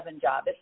job